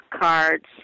cards